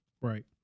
Right